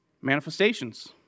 Manifestations